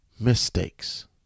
Mistakes